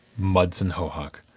mudson hohawk.